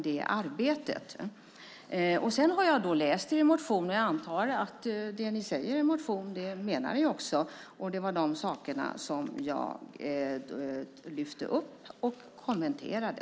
Jag har läst Socialdemokraternas motion och antar att de menar det som sägs i den. Det var de sakerna jag lyfte upp och kommenterade.